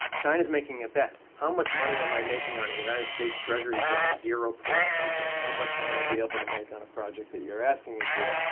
china's making a bet. how much money am i making on the united states treasury bills? zero point something. how much might i be able to make on a project that you're asking me for?